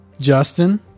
Justin